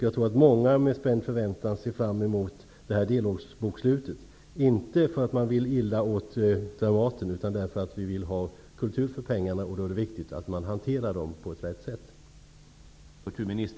Jag tror att många med spänd förväntan ser fram emot delårsbokslutet, inte för att man vill illa åt Dramaten, utan därför att man vill ha kultur för pengarna. Då är det viktigt att de hanteras på ett riktigt sätt.